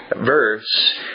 verse